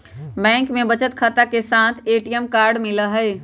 bank में बचत खाता के साथ ए.टी.एम कार्ड मिला हई